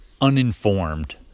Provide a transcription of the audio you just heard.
uninformed